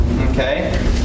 Okay